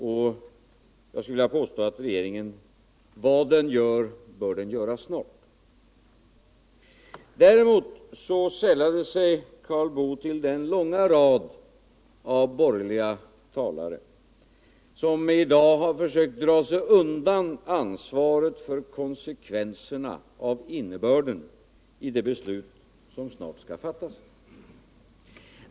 Vad den gör, bör den göra snart, skulle jag vilja påstå. Däremot sällade sig Karl Boo till den långa rad av borgerliga talare som i dag har försökt dra sig undan ansvaret för konsekvenserna av innebörden i det beslut som snart skall fattas.